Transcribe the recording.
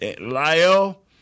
Lyle